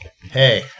hey